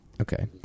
Okay